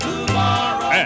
Tomorrow